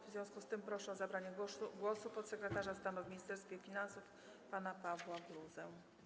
W związku z tym proszę o zabranie głosu podsekretarza stanu w Ministerstwie Finansów pana Pawła Gruzę.